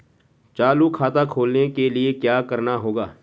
चालू खाता खोलने के लिए क्या करना होगा?